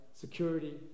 Security